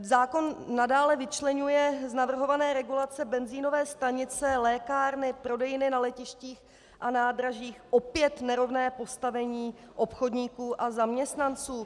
Zákon nadále vyčleňuje z navrhované regulace benzinové stanice, lékárny, prodejny na letištích a nádražích opět nerovné postavení obchodníků a zaměstnanců.